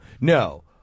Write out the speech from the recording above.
No